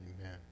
Amen